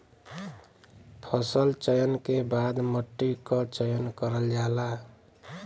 फसल चयन के बाद मट्टी क चयन करल जाला